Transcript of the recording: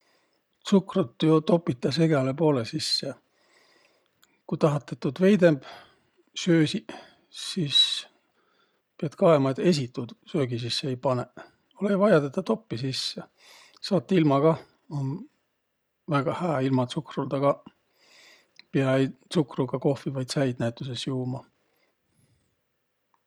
Tsukrut jo topitas egäle poolõ sisse. Ku tahat, et tuud veidemb söösiq, sis piät kaema, et esiq tuud söögi sisse ei panõq. Olõ-õi vaia tedä toppiq sisse. Saat ilma kah. Om väega hää ilma tsukruldaq kaq. Piä-äi tsukruga kohvi vai tsäid näütüses juuma.